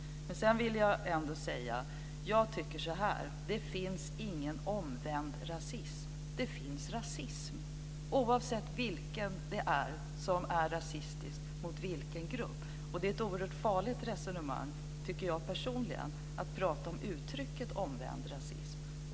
Jag tycker inte att det finns någon omvänd rasism. Det finns rasism, oavsett vem det är som är rasistisk mot vem. Jag tycker personligen att det är ett oerhört farligt att prata om uttrycket omvänd rasism.